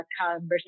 conversation